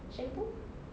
shampoo